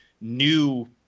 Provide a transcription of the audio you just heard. new